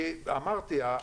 כי אמרתי,